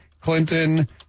Clinton